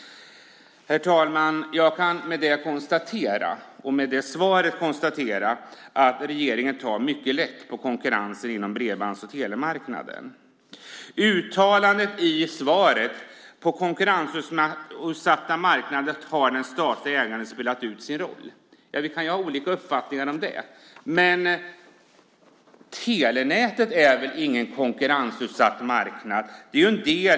Herr talman! Jag kan med detta och utifrån svaret konstatera att regeringen tar mycket lätt på konkurrensen på bredbands och telemarknaden. Uttalandet i svaret - att på konkurrensutsatta marknader har det statliga ägandet spelat ut sin roll - kan vi ha olika uppfattningar om. Men telenätet är väl ingen konkurrensutsatt marknad.